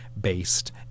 based